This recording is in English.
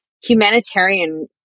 humanitarian